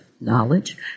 knowledge